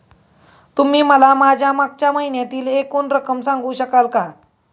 तुम्ही मला माझ्या मागच्या महिन्यातील एकूण रक्कम सांगू शकाल का?